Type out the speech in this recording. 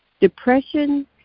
Depression